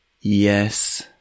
Yes